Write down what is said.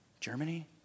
Germany